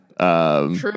True